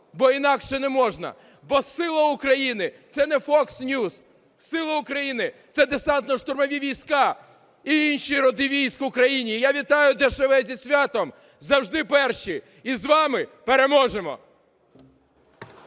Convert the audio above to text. Бо інакше не можна. Бо сила України – це не Fox News, сила України – це Десантно-штурмові війська і інші роди військ в Україні. Я вітаю ДШВ зі святом! Завжди перші! І з вами переможемо!